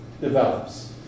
develops